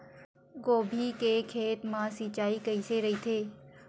गोभी के खेत मा सिंचाई कइसे रहिथे?